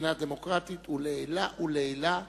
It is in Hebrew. מבחינה דמוקרטית הוא לעילא ולעילא